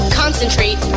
concentrate